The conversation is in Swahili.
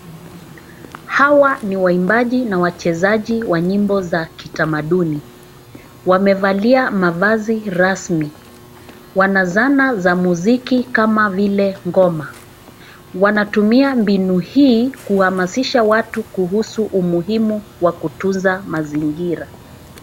Hawa ni waimbaji na wachezaji wa nyimbo za kitamaduni. Wamevalia mavazi rasmi. Wana zana za muziki kama vile ngoma. Wanatumia mbinu hii kuhamasisha watu kuhusu umuhimu wa kutunza mazingira.